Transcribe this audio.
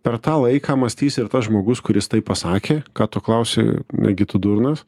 per tą laiką mąstys ir tas žmogus kuris taip pasakė ką tu klausi negi tu durnas